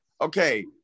okay